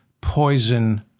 poison